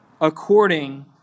according